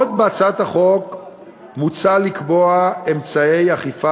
עוד מוצע בהצעת החוק לקבוע אמצעי אכיפה